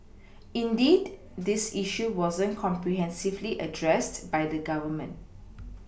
indeed this issue wasn't comprehensively addressed by the Government